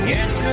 Yes